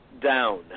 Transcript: down